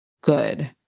good